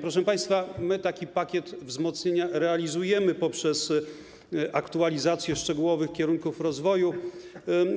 Proszę państwa, my taki pakiet wzmocnienia realizujemy poprzez aktualizację szczegółowych kierunków rozwoju